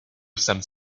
some